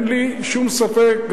אין לי שום ספק,